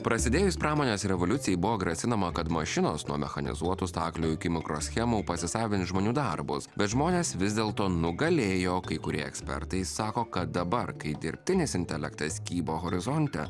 prasidėjus pramonės revoliucijai buvo grasinama kad mašinos nuo mechanizuotų staklių iki mikroschemų pasisavins žmonių darbus bet žmonės vis dėlto nugalėjo kai kurie ekspertai sako kad dabar kai dirbtinis intelektas kybo horizonte